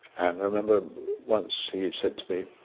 and remember once he said to me,